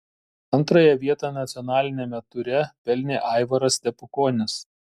antrąją vietą nacionaliniame ture pelnė aivaras stepukonis